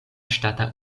ŝtata